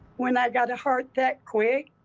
when i got a heart that quick,